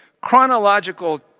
chronological